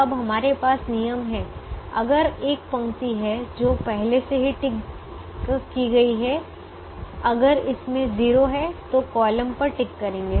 अब हमारे पास नियम है अगर एक पंक्ति है जो पहले से ही टिक गई है अगर इसमें 0 है तो कॉलम पर टिक करेंगे